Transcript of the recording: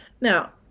now